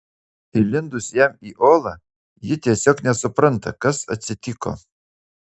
įlindus jam į olą ji tiesiog nesupranta kas atsitiko